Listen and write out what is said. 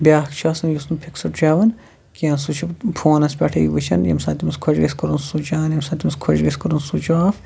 بیٛاکھ چھِ آسان یُس نہٕ فِکسٕڑ چھُ ہٮ۪وان کیٚنٛہہ سُہ چھُ فونَس پٮ۪ٹھٕے وُچھان ییٚمہِ ساتہٕ تٔمِس خۄش گژھِ کوٚرُن سوٚچ آن ییٚمہِ ساتہٕ تٔمِس خۄش گژھِ کوٚرُن سوٚچ آف